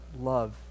love